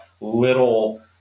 little